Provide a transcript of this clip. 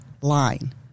line